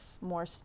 more